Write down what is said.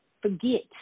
forget